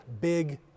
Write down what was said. big